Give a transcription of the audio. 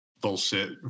bullshit